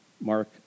Mark